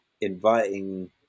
inviting